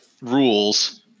rules